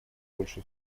больше